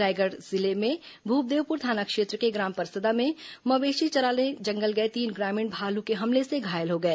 रायगढ़ जिले में भूपदेवपुर थाना क्षेत्र के ग्राम परसदा में मवेशी चराने जंगल गए तीन ग्रामीण भालू के हमले से घायल हो गए